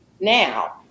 Now